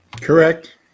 Correct